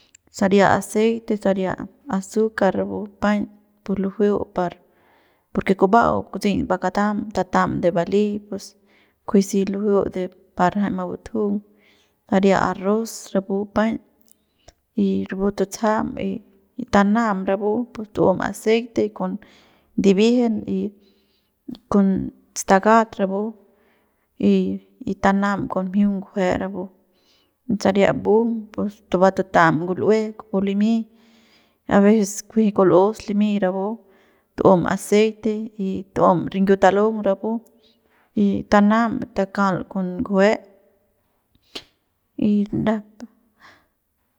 Saria aceite saria azúcar rapu paiñ pus lujueu par porque kuba'au kutseiñ va katam tatam de bali pues kujui si lujueu de par jay pa mabutujung saria arroz rapu paiñ y rapu tutsajam y tanam rapu pus tuem aceite con ndibiejen y con stakat rapu y tanam con mjiung ngujue rapu y saria mbung pus tubam tuta'am ngul'ue kupu limy aveces kujui kul'us limy rapu t'um aceite y t'um rinyiu talung rapu y tanam takal con ngujue y ndajap.